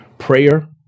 prayer